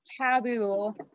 taboo